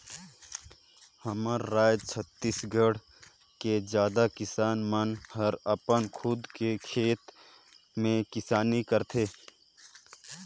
हमर राज छत्तीसगढ़ के जादा किसान मन हर अपन खुद के खेत में किसानी करथे